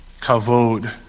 Kavod